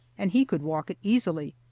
and he could walk it easily.